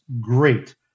Great